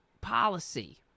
policy